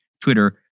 Twitter